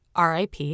RIP